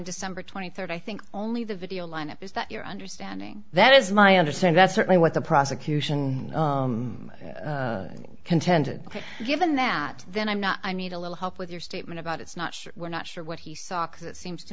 december twenty third i think only the video line up is that your understanding that is my understand that's certainly what the prosecution contended given that then i'm not i need a little help with your statement about it's not sure we're not sure what he saw ox it seems to